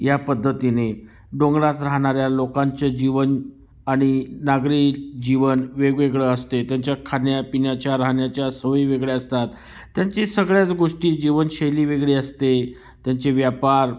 या पद्धतीने डोंगरात राहणाऱ्या लोकांचे जीवन आणि नागरी जीवन वेगवेगळं असते त्यांच्या खाण्यापिण्याच्या राहण्याच्या सवयी वेगळ्या असतात त्यांची सगळ्याच गोष्टी जीवनशैली वेगळी असते त्यांचे व्यापार